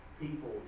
People